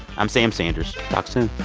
i'm sam sanders. talk soon